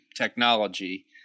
technology